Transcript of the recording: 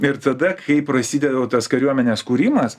ir tada kai prasideda jau tas kariuomenės kūrimas